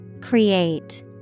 Create